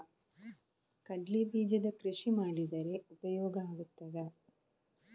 ಕಡ್ಲೆ ಬೀಜದ ಕೃಷಿ ಮಾಡಿದರೆ ಉಪಯೋಗ ಆಗುತ್ತದಾ?